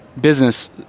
business